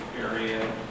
area